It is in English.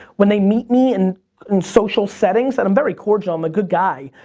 when they meet me and in social settings, and i'm very cordial, i'm a good guy,